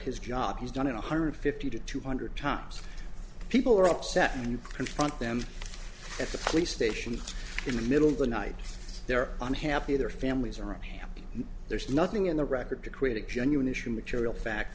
his job he's done it one hundred fifty to two hundred times people are upset when you confront them at the police station in the middle of the night they're unhappy their families aren't happy there's nothing in the record to create a genuine issue material fact